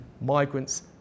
migrants